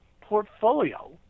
portfolio